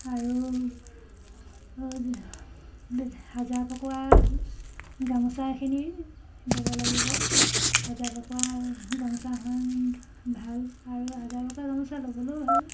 আৰু হাজাৰ পকোৱা গামোচাখিনি বব লাগিব হাজাৰ পকোৱা গামোচাখন ভাল আৰু হাজাৰ পকোৱা গামোচা ল'বলৈও ভাল